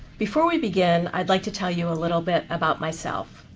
before we begin, i'd like to tell you a little bit about myself.